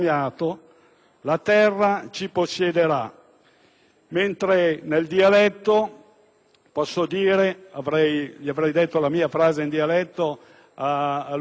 La terra ci possiederà».